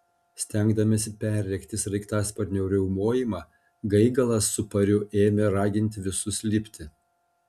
stengdamiesi perrėkti sraigtasparnio riaumojimą gaigalas su pariu ėmė raginti visus lipti